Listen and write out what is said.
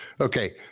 Okay